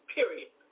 Period